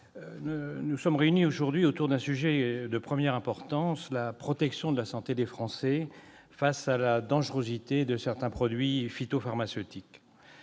nous sommes réunis aujourd'hui autour d'un sujet de première importance : la protection de la santé des Français face à la dangerosité de certains produits phytopharmaceutiques.